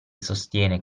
sostiene